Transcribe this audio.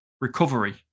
Recovery